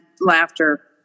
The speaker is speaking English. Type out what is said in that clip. laughter